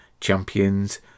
Champions